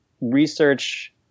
research